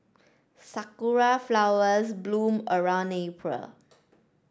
sakura flowers bloom around April